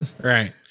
Right